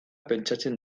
pentsatzen